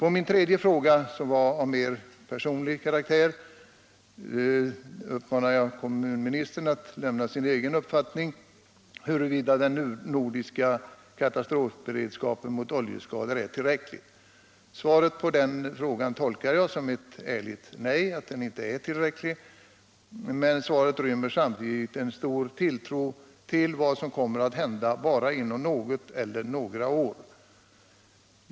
I min tredje fråga, som var av mer personlig karaktär, uppmanade jag kommunministern att nämna sin egen uppfattning om huruvida den nordiska katastrofberedskapen mot oljeskador är tillräcklig. Svaret på den frågan tolkar jag som ett ärligt nej, att den inte är tillräcklig. Men svaret rymmer samtidigt en stor tilltro till vad som kommer att hända inom bara något eller några år.